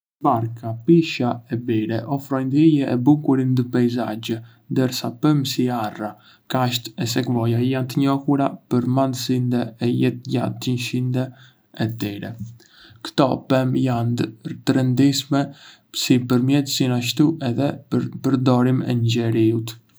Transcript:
Barka, pisha e bire ofrojndë hije e bukuri ndë peisazhe, ndërsa pemë si arra, kashte e sekvoja jandë të njohura për madhësindë e jetëgjatësindë e tyre. Ktò pemë jandë të rëndësishme si për mjedisin ashtu edhé për përdorimin e njeriut.